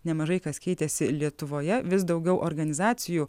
nemažai kas keitėsi lietuvoje vis daugiau organizacijų